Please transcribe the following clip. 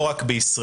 לא רק בישראל.